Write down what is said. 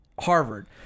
harvard